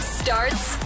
starts